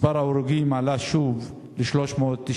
מספר ההרוגים עלה שוב ל-390.